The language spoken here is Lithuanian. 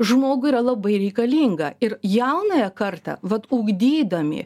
žmogui yra labai reikalinga ir jaunąją kartą vat ugdydami